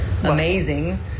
amazing